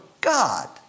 God